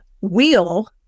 wheel